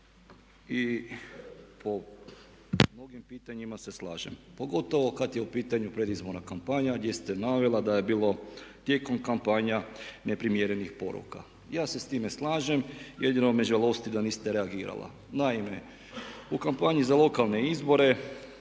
I po mnogim pitanjima se slažem pogotovo kad je u pitanju predizborna kampanja gdje ste navela da je bilo tijekom kampanja neprimjernih poruka. Ja se s time slažem, jedino me žalosti da niste reagirala. Naime, u kampanji za lokalne izbore